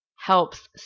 helps